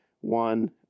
one